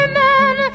man